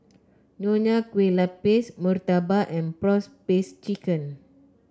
Nonya Kueh Lapis murtabak and prawn paste chicken